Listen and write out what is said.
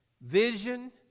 Vision